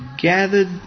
gathered